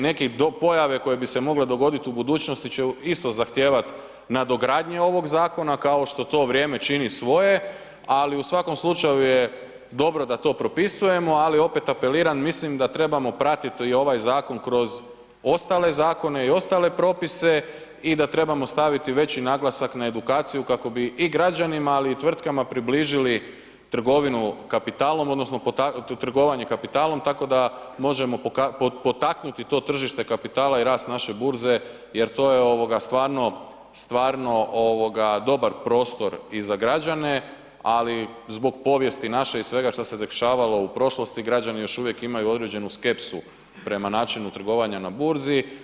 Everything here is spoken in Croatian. Neke pojave koje bi se mogle dogoditi u budućnosti će isto zahtijevati nadogradnje ovog zakona kao što to vrijeme čini svoje, ali u svakom slučaju je dobro da to propisujemo, ali opet, apeliram, mislim da trebamo pratiti ovaj zakon kroz ostale zakone i ostale propise i da trebamo staviti veći naglasak na edukaciju kako bi i građanima, ali i tvrtkama približili trgovinu kapitalom, odnosno to trgovanje kapitalom, tako da možemo potaknuti to tržište kapitala i rast naše burze jer to je stvarno dobar prostor i za građane, ali zbog povijesti naše i svega što se dešavalo u prošlosti, građani još uvijek imaju određeni skepsu prema načinu trgovanja na burzi.